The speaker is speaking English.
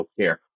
healthcare